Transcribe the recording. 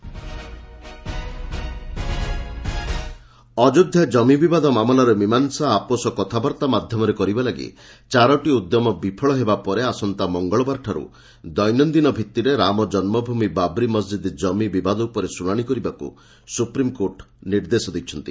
SC Ayodhya Ayodhya କମିବିବାଦ ମାମଲାର ମିମାଂସା ଆପୋଷ କଥାବାର୍ତ୍ତା ମାଧ୍ୟମରେ କରିବା ଲାଗି ଚାରୋଟି ଉଦ୍ୟମ ବିଫଳ ହେବା ପରେ ଆସନ୍ତା ମଙ୍ଗଳବାରଠାରୁ ଦୈନନ୍ଦିନ ଭିତ୍ତିରେ ରାମ ଜନ୍ମଭୂମି ବାବ୍ରି ମସ୍ଜିଦ୍ କମି ବିବାଦ ଉପରେ ଶୁଣାଣି କରିବାକୁ ସୁପ୍ରିମ୍କୋର୍ଟ ନିର୍ଦ୍ଦେଶ ଦେଇଛନ୍ତି